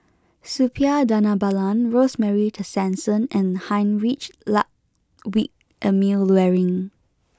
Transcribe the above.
Suppiah Dhanabalan Rosemary Tessensohn and Heinrich Ludwig Emil Luering